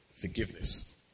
forgiveness